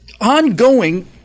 ongoing